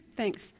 thanks